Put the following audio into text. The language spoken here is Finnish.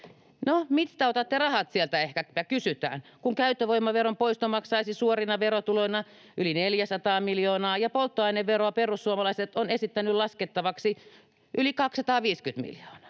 mistä otatte rahat, sieltä ehkä kysytään, kun käyttövoimaveron poisto maksaisi suorina verotuloina yli 400 miljoonaa ja polttoaineveroa perussuomalaiset on esittänyt laskettavaksi yli 250 miljoonaa.